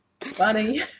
Funny